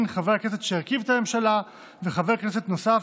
חבר הכנסת שהרכיב את הממשלה וחבר כנסת נוסף,